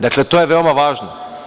Dakle, to je veoma važno.